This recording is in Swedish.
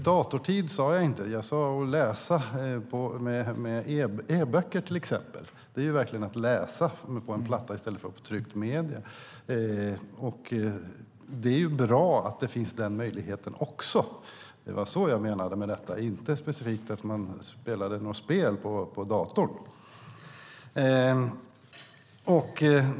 Herr talman! Jag talade inte om datortid utan om att läsa på datorn, till exempel e-böcker. Det är verkligen att läsa, även om det sker på en platta i stället för i tryckta medier. Det är bra att det finns den möjligheten också. Det var så jag menade, inte att man spelar spel på datorn.